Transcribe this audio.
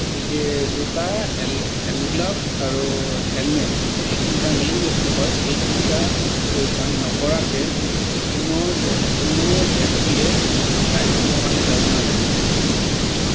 গতিকে জোতা hand gloves আৰু হেলমেট এই তিনিটা মেইন বস্তু হয় এই তিনিটা পৰিধান নকৰাকৈ কোনো কোনো ব্যক্তিয়ে বাইকিঙৰ কাৰণে যাব নালাগে